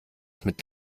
mit